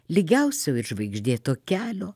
lygiausio ir žvaigždėto kelio